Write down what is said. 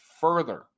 further